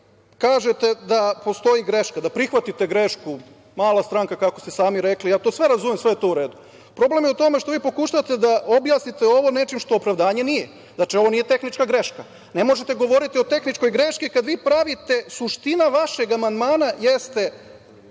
vi kažete da postoji greška, da prihvatite grešku, mala stranka kako ste sami rekli, ja to sve razumem, sve je to u redu. Problem je u tome što vi pokušavate da objasnite ovo nečim što opravdanje nije. Znači ovo nije tehnička greška. Ne možete govoriti o tehničkoj grešci kada vi pravite, suština vašeg amandmana jeste,